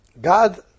God